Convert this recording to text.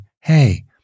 Hey